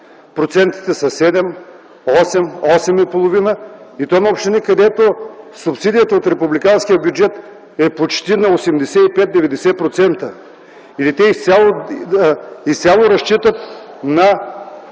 процентите са 7, 8, 8,5 и то на общини, където субсидията от Републиканския бюджет е почти на 85-90%, или те изцяло разчитат на